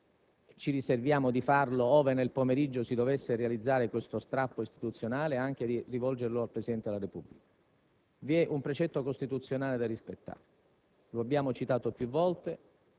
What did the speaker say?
un appello a lei che ci riserviamo (ove nel pomeriggio si dovesse realizzare questo strappo istituzionale) di rivolgere anche al Presidente della Repubblica. Vi è un precetto costituzionale da rispettare.